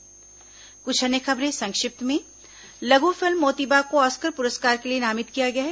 संक्षिप्त समाचार अब कुछ अन्य खबरें संक्षिप्त में लघु फिल्म मोती बाग को ऑस्कर पुरस्कार के लिए नामित किया गया है